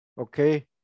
okay